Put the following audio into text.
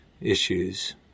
issues